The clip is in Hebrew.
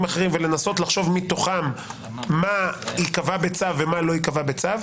אחרים ולנסות לחשוב מתוכם מה ייקבע בצו ומה לא ייקבע בצו.